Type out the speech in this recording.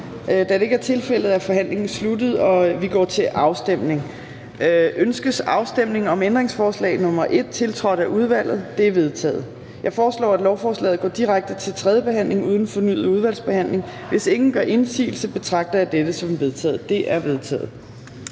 Da det ikke er tilfældet, er forhandlingen sluttet, og vi går til afstemning. Kl. 11:23 Afstemning Fjerde næstformand (Trine Torp): Ønskes afstemning om ændringsforslag nr. 1, tiltrådt af udvalget? Det er vedtaget. Jeg foreslår, at lovforslaget går direkte til tredje behandling uden fornyet udvalgsbehandling. Hvis ingen gør indsigelse, betragter jeg dette som vedtaget. Det er vedtaget.